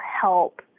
help